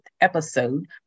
episode